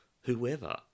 whoever